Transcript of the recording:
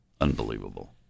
Unbelievable